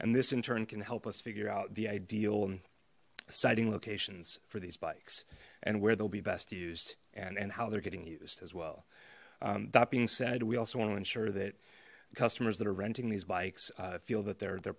and this in turn can help us figure out the ideal and sighting locations for these bikes and where they'll be best used and and how they're getting used as well that being said we also want to ensure that customers that are renting these bikes feel that their their